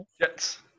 Jets